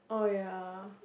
oh ya